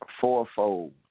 fourfold